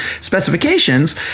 specifications